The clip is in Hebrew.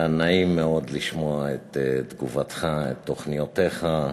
היה נעים מאוד לשמוע את תגובתך, את תוכניותיך.